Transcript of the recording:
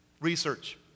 Research